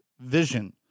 vision